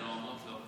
לנואמות, לא.